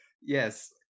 Yes